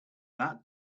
that